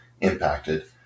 impacted